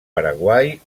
paraguai